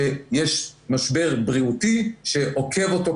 שיש משבר בריאותי שעוקב אותו,